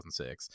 2006